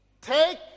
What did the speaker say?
Take